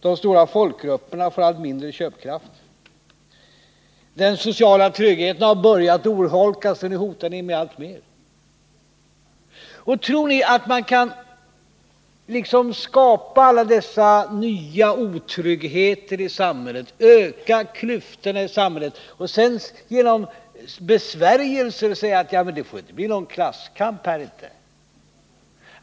De stora folkgrupperna får allt mindre köpkraft, den sociala tryggheten har börjat att urholkas, och hotet mot den blir allt större. Tror ni att ni kan skapa alla dessa nya otryggheter i samhället och öka klyftorna för att sedan genom besvärjelser hindra att det blir klasskamp?